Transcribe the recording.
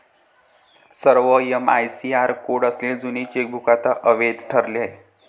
सर्व MICR code असलेले जुने चेकबुक आता अवैध ठरले आहे